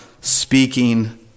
speaking